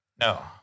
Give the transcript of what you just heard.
No